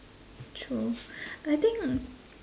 true I think